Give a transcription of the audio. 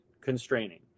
constraining